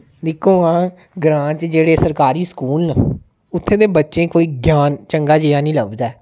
दिक्को हां ग्रांऽ च जेह्ड़े सरकारी स्कूल न उत्थें दे बच्चें गी कोई ज्ञान चंगा जेहा नी लभदा ऐ